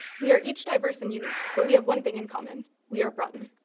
we are each diverse and unique, but we have one thing in common. we are broughton.